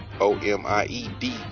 o-m-i-e-d